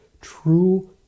True